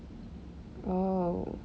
oh